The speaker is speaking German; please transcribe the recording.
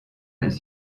ist